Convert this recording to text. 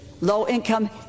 low-income